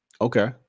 okay